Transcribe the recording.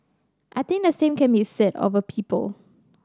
I think the same can be said of a people